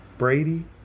Brady